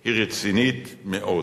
היא רצינית מאוד.